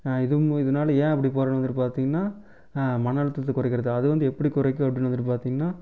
நான் எதுவும் இதனால் ஏன் அப்படி போகிறேன்னு வந்துட்டு பார்த்தீங்கன்னா மன அழுத்தத்தை குறைக்கிறதுக்காக அதுவந்து எப்படி குறைக்கும் அப்படின்னு வந்துட்டு பார்த்தீங்கன்னா